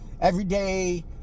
everyday